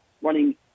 running